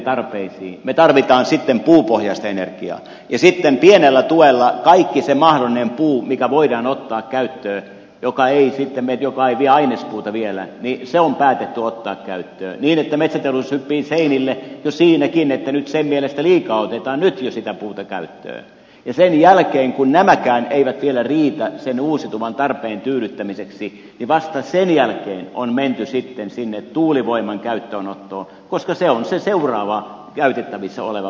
me tarvitsemme sitten puupohjaista energiaa ja sitten pienellä tuella kaikki se mahdollinen puu joka voidaan ottaa käyttöön joka ei ole ainespuuta vielä on päätetty ottaa käyttöön niin että metsäteollisuus hyppii seinille jo siinäkin että nyt sen mielestä liikaa otetaan nyt jo sitä puuta käyttöön ja sen jälkeen kun nämäkään eivät vielä riitä sen uusiutuvan tarpeen tyydyttämiseksi vasta sen jälkeen on menty sitten sinne tuulivoiman käyttöönottoon koska se on se seuraava käytettävissä oleva vaihtoehto